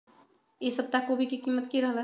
ई सप्ताह कोवी के कीमत की रहलै?